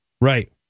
Right